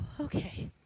okay